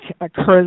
occurs